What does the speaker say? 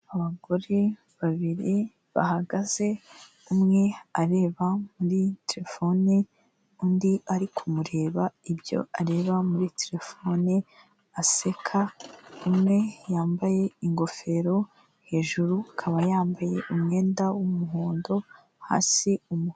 Abagore babiri bahagaze, umwe areba muri terefone, undi ari kumureba ibyo areba muri terefone aseka, umwe yambaye ingofero hejuru akaba yambaye umwenda w'umuhondo hasi umu...